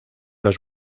los